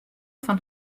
fan